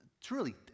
Truly